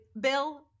bill